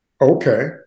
Okay